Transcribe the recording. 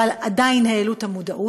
אבל עדיין הן העלו את המודעות.